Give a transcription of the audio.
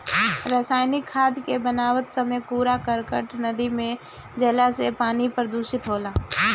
रासायनिक खाद के बनावत समय कूड़ा करकट नदी में जईला से पानी प्रदूषित होला